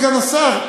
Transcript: סגן השר,